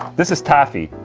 this is taffy.